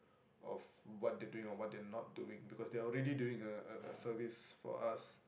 of what they're doing or what they are not doing because they are already doing a a a service for us